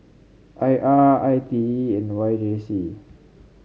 I R I T E and Y J C